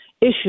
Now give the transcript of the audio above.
issue